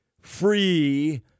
free